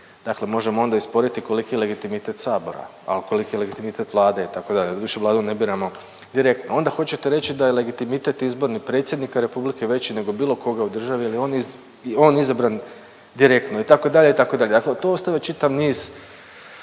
Dakle možemo onda i sporiti koliki je legitimitet sabora, pa koliki je legitimitet Vlade itd. Doduše Vladu ne biramo direktno. Onda hoćete reći da je legitimitet izborni predsjednika republike veći nego bilo koga u državi jer je on izabran direktno itd., itd. To ostavlja čitav niz